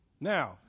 Now